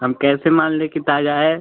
हम कैसे मान लें कि ताजा है